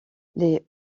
les